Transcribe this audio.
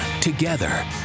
Together